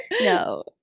No